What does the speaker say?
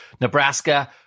Nebraska